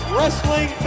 Wrestling